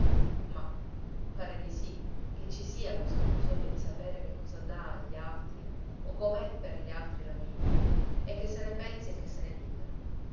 mah pare di sì che ci sia questo bisogno di sapere che cosa dà agli altri o come è per gli altri la vita e che se ne pensi e che se ne dica